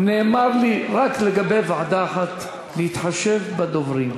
נאמר לי רק לגבי ועדה אחת להתחשב בדוברים,